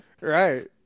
Right